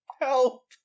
Help